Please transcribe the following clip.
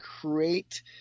create